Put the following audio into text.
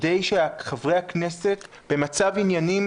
במצב עניינים